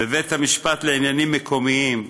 בבית המשפט לעניינים מקומיים,